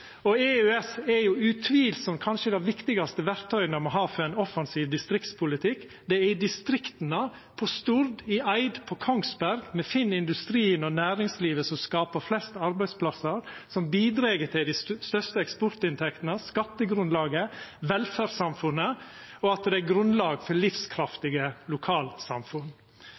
EØS er utvilsamt det viktigaste verktøyet me må ha for ein offensiv distriktspolitikk. Det er i distrikta – på Stord, i Eid, på Kongsberg – me finn industrien og næringslivet som skapar flest arbeidsplassar, som bidreg til dei største eksportinntektene, skattegrunnlaget, velferdssamfunnet og til at det er grunnlag for livskraftige lokalsamfunn.